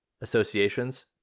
Associations